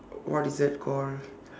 what is that called